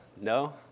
No